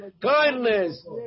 kindness